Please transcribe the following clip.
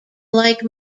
like